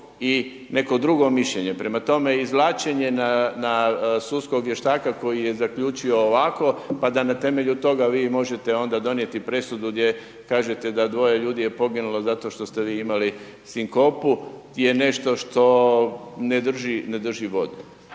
i neko drugo mišljenje. Prema tome, izvlačenje na sudskog vještaka, koji je zaključio ovako, pa da na temelju toga, vi možete onda donijeti presudu, gdje kažete da 2 ljudi je poginulo zato što ste vi imali sinkopu, je nešto što ne drži vodu.